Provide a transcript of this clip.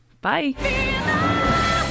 Bye